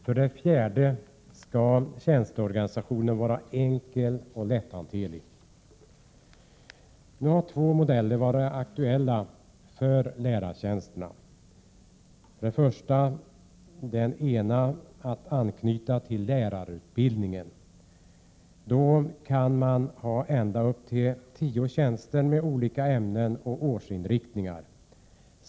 För det fjärde skall tjänsteorganisationen vara enkel och lätthanterlig. Nu har två modeller varit aktuella för lärartjänsterna: a) att anknyta lärarutbildningen. Då kan man ha ända upp till tio tjänster med olika ämnen och årskursinriktningar.